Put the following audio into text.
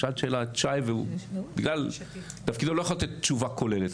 שאלת שאלה את שי והוא בגלל תפקידו לא יכול לתת תשובה כוללת,